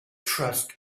trust